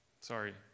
Sorry